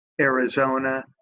Arizona